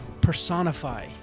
personify